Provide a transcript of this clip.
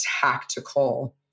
tactical